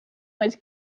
was